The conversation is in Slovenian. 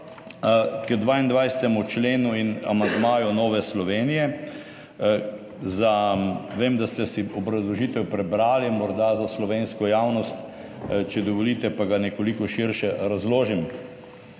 k 22. členu in amandmaju Nove Slovenije. Vem, da ste si obrazložitev prebrali, morda za slovensko javnost, če dovolite, da ga nekoliko širše razložim.